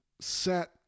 set